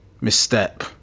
misstep